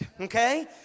okay